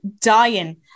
dying